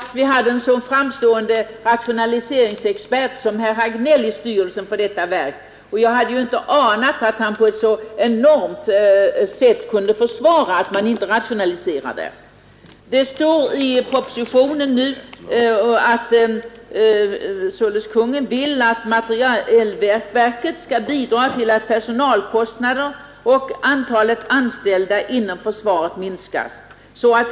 Herr talman! Jag visste inte att vi hade en så framstående rationaliseringsexpert som herr Hagnell i styrelsen för detta verk, och jag anade inte att han på ett så enormt sakkunnigt sätt kunde försvara att man inte rationaliserade. I propositionen står det att Kungl. Maj:t vill att materielverket skall bidra till att personalkostnaderna och antalet anställda inom försvaret minskar.